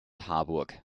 harburg